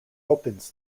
opens